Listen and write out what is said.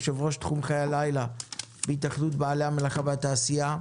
יושבת-ראש תחום חיי הלילה בהתאחדות בעלי המלאכה והתעשייה,